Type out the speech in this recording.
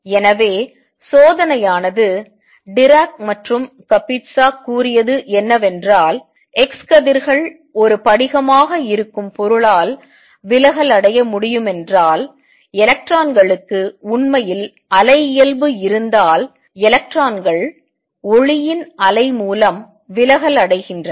எனவே சோதனையானது டிராக் மற்றும் கபிட்சா கூறியது என்னவென்றால் x கதிர்கள் ஒரு படிகமாக இருக்கும் பொருளால் விலகல் அடைய முடியும் என்றால் எலக்ட்ரான்களுக்கு உண்மையில் அலை இயல்பு இருந்தால் எலக்ட்ரான்கள் ஒளியின் அலை மூலம் விலகல் அடைகின்றன